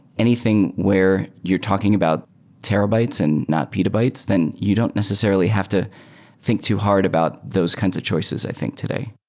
anything where you're talking about terabytes and not petabytes, then you don't necessarily have to think too hard about those kinds of choices, i think, today.